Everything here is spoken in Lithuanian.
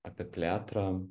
apie plėtrą